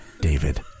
David